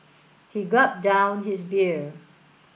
he gulped down his beer